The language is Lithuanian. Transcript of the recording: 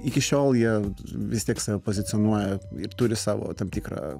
iki šiol jie vis tiek save pozicionuoja ir turi savo tam tikrą